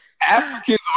Africans